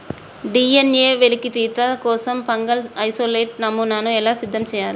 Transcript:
DNA వెలికితీత కోసం fungal isolate నమూనాను ఎలా సిద్ధం చెయ్యాలి?